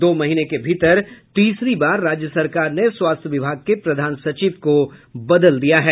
दो महीने के भीतर तीसरी बार राज्य सरकार ने स्वास्थ्य विभाग के प्रधान सचिव को बदल दिया है